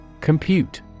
Compute